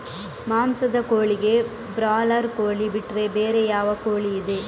ಮಾಂಸದ ಕೋಳಿಗೆ ಬ್ರಾಲರ್ ಕೋಳಿ ಬಿಟ್ರೆ ಬೇರೆ ಯಾವ ಕೋಳಿಯಿದೆ?